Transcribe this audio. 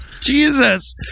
Jesus